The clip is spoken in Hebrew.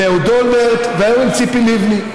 עם אהוד אולמרט והיום עם ציפי לבני.